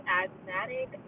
asthmatic